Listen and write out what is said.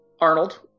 Arnold